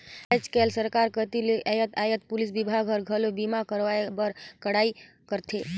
आयज कायज सरकार कति ले यातयात पुलिस विभाग हर, घलो बीमा करवाए बर कड़ाई करथे